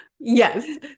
Yes